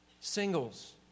Singles